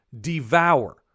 devour